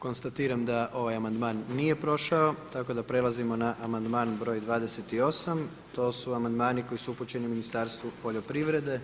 Konstatiram da ovaj amandman nije prošao, tako da prelazimo na amandman broj 28. to su amandmani koji su upućeni Ministarstvu poljoprivrede.